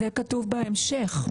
זה כתוב בהמשך.